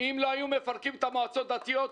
אם לא היו מפרקים את המועצות הדתיות,